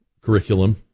Curriculum